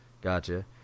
Gotcha